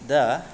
दा